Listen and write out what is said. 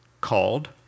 called